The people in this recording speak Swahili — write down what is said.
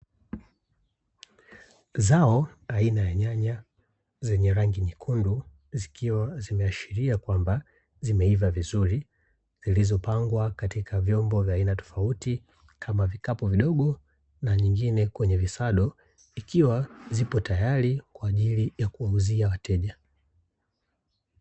Zao la nyanya zenye rangi nyekundu zikiwa zinaashiria kwamba zimeiva vizuri zilizopangwa katika vyombo vya aina tofautitofauti kama vikapu vidogo na nyingine kwenye visado ikiwa zipo tayari kwa ajili ya kuuzia wateja.